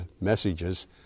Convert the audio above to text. messages